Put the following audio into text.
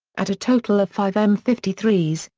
at a total of five m fifty three s,